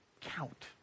count